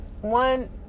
One